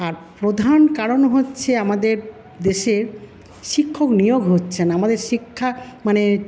আর প্রধান কারণ হচ্ছে আমাদের দেশের শিক্ষক নিয়োগ হচ্ছেনা আমাদের শিক্ষা মানে